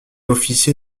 officier